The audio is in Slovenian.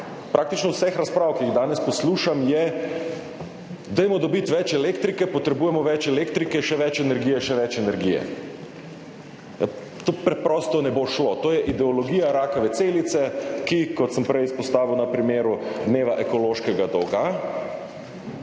praktično vseh razprav, ki jih danes poslušam, je, dajmo dobiti več elektrike, potrebujemo več elektrike, še več energije, še več energije. To preprosto ne bo šlo. To je ideologija rakave celice, ki, kot sem prej izpostavil na primeru dneva ekološkega dolga,